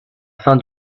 fin